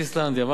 פורטוגל,